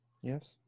Yes